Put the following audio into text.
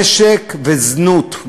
נשק וזנות,